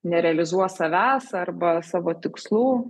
nerealizuos savęs arba savo tikslų